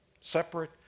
Separate